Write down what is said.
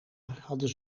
hadden